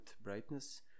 brightness